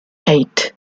eight